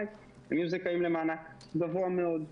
הם יהיו זכאים למענק גבוה מאוד.